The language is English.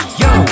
yo